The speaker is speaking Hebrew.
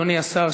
אדוני השר,